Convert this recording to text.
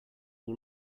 all